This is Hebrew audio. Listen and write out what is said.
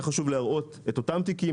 היה חשוב להראות את אותם תיקים,